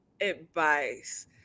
advice